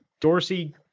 dorsey